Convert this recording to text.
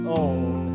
own